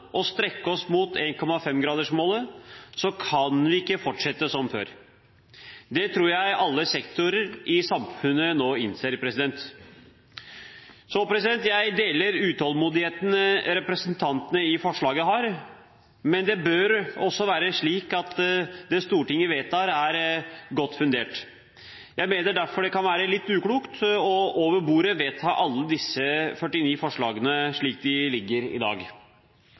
og strekke oss mot 1,5-gradersmålet, kan vi ikke fortsette som før. Det tror jeg alle sektorer i samfunnet nå innser. Jeg deler utålmodigheten som representantene bak forslaget har, men det bør også være slik at det Stortinget vedtar, er godt fundert. Jeg mener derfor det kan være litt uklokt over bordet å vedta alle disse 49 forslagene, slik de ligger i dag.